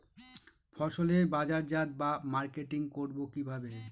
ফসলের বাজারজাত বা মার্কেটিং করব কিভাবে?